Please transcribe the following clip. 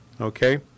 Okay